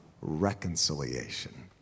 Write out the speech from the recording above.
reconciliation